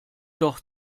doch